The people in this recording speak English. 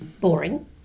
boring